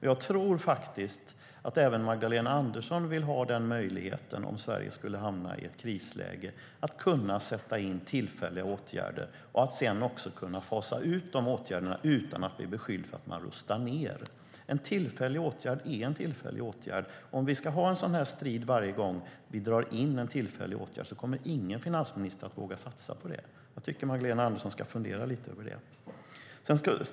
Jag tror faktiskt att även Magdalena Andersson vill ha möjligheten att sätta in tillfälliga åtgärder om Sverige skulle hamna i ett krisläge, och sedan kunna fasa ut de åtgärderna utan att bli beskylld för att rusta ned. En tillfällig åtgärd är en tillfällig åtgärd. Om vi ska ha en sådan här strid varje gång vi drar in en tillfällig åtgärd kommer ingen finansminister att våga satsa på det. Jag tycker att Magdalena Andersson ska fundera lite över det.